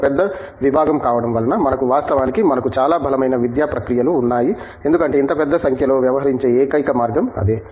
ఒక పెద్ద విభాగం కావడం వలన మనకు వాస్తవానికి మనకు చాలా బలమైన విద్యా ప్రక్రియలు ఉన్నాయి ఎందుకంటే ఇంత పెద్ద సంఖ్యలో వ్యవహరించే ఏకైక మార్గం అదే